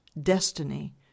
destiny